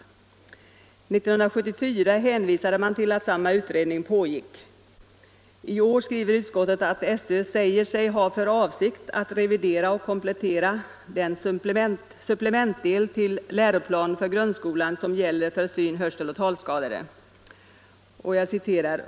1974 hänvisade man till att samma utredning pågick. I år skriver utskottet att SÖ säger sig ha för avsikt att revidera och komplettera — Nr 29 den supplementdel till läroplan för grundskolan som gäller för syn-, hör Onsdagen den seloch talskadade.